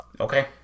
Okay